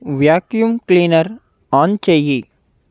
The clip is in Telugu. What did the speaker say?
వ్యాక్యూమ్ క్లీనర్ ఆన్ చెయ్యి